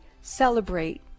celebrate